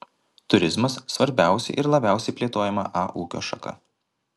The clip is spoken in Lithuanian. turizmas svarbiausia ir labiausiai plėtojama a ūkio šaka